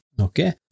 Okay